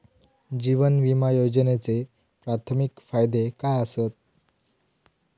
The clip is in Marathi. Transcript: जीवन विमा योजनेचे प्राथमिक फायदे काय आसत?